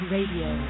Radio